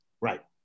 Right